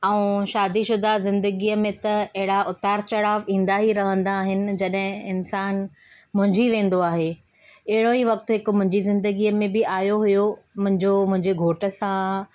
ऐं शादीशुदा ज़िंगदीअ में त अहिड़ा उतार चढ़ाव ईंदा ई रहंदा आहिनि जॾहिं इंसान मुंझी वेंदो आहे अहिड़ो ई वक़्तु हिकु मुंहिंजी ज़िंदगीअ में बि आहियो हुओ मुंहिंजो मुंहिंजे घोठ सां